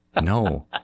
No